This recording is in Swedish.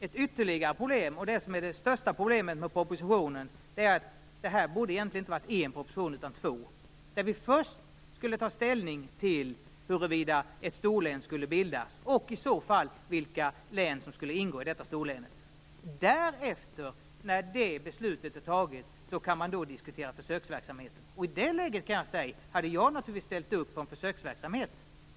Ett ytterligare problem - det största problemet - med propositionen, är att det egentligen inte borde ha varit en proposition utan två. Först borde vi ha tagit ställning till huruvida ett storlän skall bildas och i så fall vilka län som skall ingå i detta storlän. Därefter, när det beslutet är fattat, kan man diskutera försöksverksamhet. I det läget kan jag säga att jag naturligtvis hade ställt upp på en försöksverksamhet.